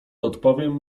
odpowiem